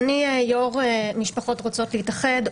אני יושבת ראש "משפחות רוצות להתאחד"